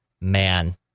man